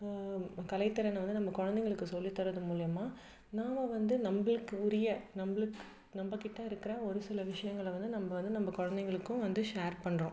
கலை திறனை வந்து நம்ம குழந்தைங்களுக்கு சொல்லித்தரது மூலிமா நாம் வந்து நம்மளுக்கு உரிய நம்மளுக் நம்மக்கிட்ட இருக்கிற ஒரு சில விஷியங்களை வந்து நம்ம வந்து நம்ம குழந்தைங்களுக்கும் வந்து ஷேர் பண்ணுறோம்